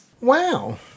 Wow